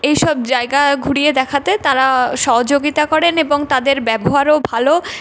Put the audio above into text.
এই সব জায়গা ঘুরিয়ে দেখাতে তারা সহযোগিতা করেন এবং তাদের ব্যবহারও ভালো